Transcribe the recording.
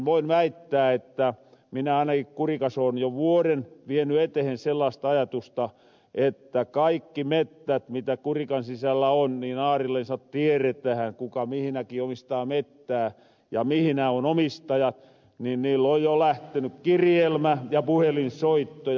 voin väittää minä ainaki kurikas oon jo vuoren vieny etehen sellaasta ajatusta että kaikki mettät mitä kurikan sisällä on aarillensa tieretähän kuka mihnäki omistaa mettää ja mihnä on omistaja ja niil on jo lähteny kirjelmä ja puhelinsoittoja